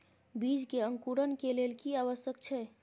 बीज के अंकुरण के लेल की आवश्यक छै?